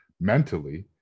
mentally